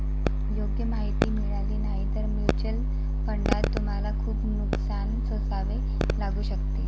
योग्य माहिती मिळाली नाही तर म्युच्युअल फंडात तुम्हाला खूप नुकसान सोसावे लागू शकते